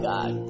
God